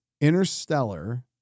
Interstellar